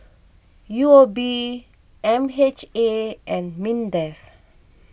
U O B M H A and Mindef